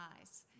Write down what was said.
Eyes